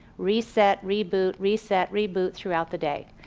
reset, reboot, reset, reboot, throughout the day.